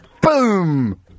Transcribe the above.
boom